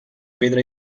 pedra